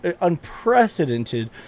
unprecedented